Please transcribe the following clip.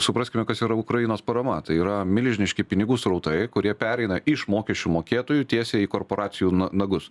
supraskime kas yra ukrainos parama tai yra milžiniški pinigų srautai kurie pereina iš mokesčių mokėtojų tiesiai į korporacijų nagus